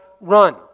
run